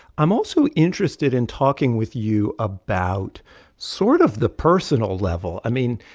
i'm also interested in talking with you about sort of the personal level. i mean,